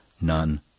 none